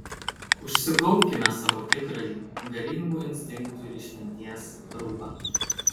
užsigaubkime savo tikrąjį galingų instinktų ir išminties rūbą